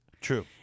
True